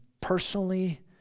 personally